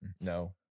no